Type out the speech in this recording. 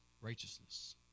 righteousness